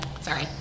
Sorry